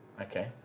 Okay